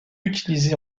utilisé